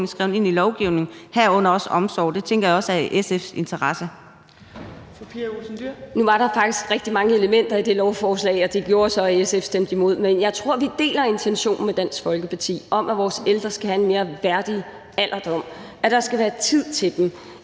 (Trine Torp): Fru Pia Olsen Dyhr. Kl. 13:45 Pia Olsen Dyhr (SF): Nu var der faktisk rigtig mange elementer i det lovforslag, og det gjorde så, at SF stemte imod. Men jeg tror, vi deler intentionen med Dansk Folkeparti om, at vores ældre skal have en mere værdig alderdom, at der skal være tid til dem.